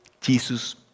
Jesus